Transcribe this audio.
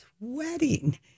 sweating